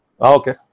Okay